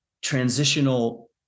transitional